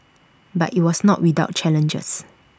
but IT was not without challenges